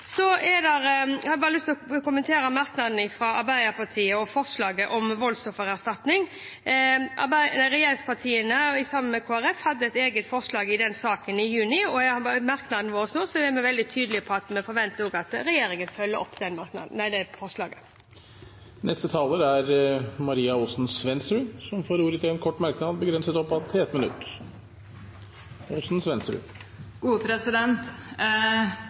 Så har jeg bare lyst til å kommentere merknaden fra Arbeiderpartiet og forslaget om voldsoffererstatning. Regjeringspartiene hadde sammen med Kristelig Folkeparti et eget forslag i den saken i juni, og i merknaden vår nå er vi veldig tydelige på at vi forventer at regjeringen følger opp det forslaget. Representanten Maria Aasen-Svensrud har hatt ordet to ganger tidligere og får ordet til en kort merknad, begrenset til 1 minutt.